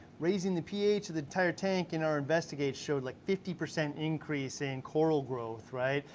raising the ph of the entire tank in our investigate showed like fifty percent increase in coral growth, right?